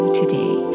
today